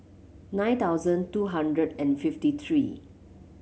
nine thousand two hundred and fifty three